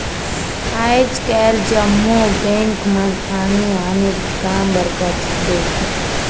आएज काएल जम्मो बेंक मन आने आने काम बर करजा देथे